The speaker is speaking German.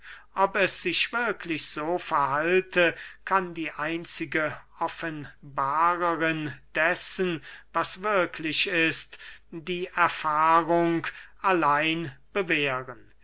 ob es sich wirklich so verhalte kann die einzige offenbarerin dessen was wirklich ist die erfahrung allein bewähren